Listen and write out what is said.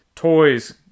Toys